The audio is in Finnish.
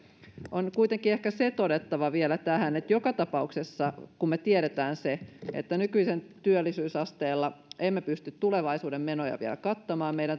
on kuitenkin ehkä se todettava vielä tähän että joka tapauksessa kun me tiedämme sen että nykyisellä työllisyysasteella emme pysty tulevaisuuden menoja vielä kattamaan meidän